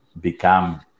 become